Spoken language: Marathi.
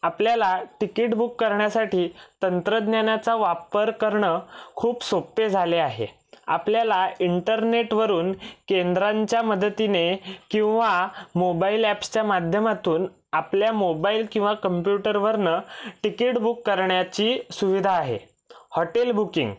आपल्याला तिकीट बुक करण्यासाठी तंत्रज्ञानाचा वापर करणं खूप सोपे झाले आहे आपल्याला इंटरनेटवरून केंद्रांच्या मदतीने किंवा मोबाईल ॲप्सच्या माध्यमातून आपल्या मोबाईल किंवा कम्प्युटरवरनं तिकीट बुक करण्याची सुविधा आहे हॉटेल बुकिंग